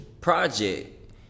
project